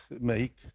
make